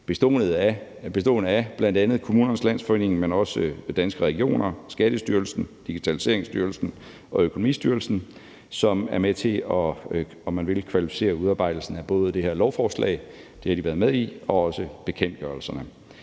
bestående af bl.a. Kommunernes Landsforening, men også Danske Regioner, Skattestyrelsen, Digitaliseringsstyrelsen og Økonomistyrelsen, som er med til, om man vil, at kvalificere udarbejdelsen af både det her lovforslag – det har de været